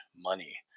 money